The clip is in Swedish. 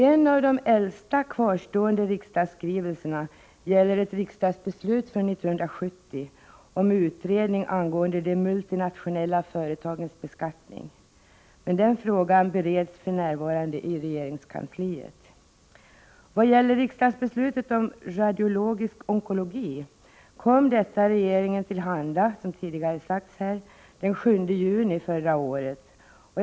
En av de äldsta kvarstående riksdagsskrivelserna gäller ett riksdagsbeslut från 1970 om utredning angående de multinationella företagens beskattning, men den frågan bereds för närvarande i regeringskansliet. Riksdagsbeslutet om radiologisk onkologi kom regeringen till handa, som tidigare sagts, den 7 juni förra året.